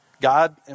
God